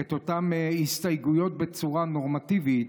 את אותן הסתייגויות בצורה נורמטיבית,